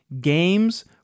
games